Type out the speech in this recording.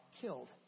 killed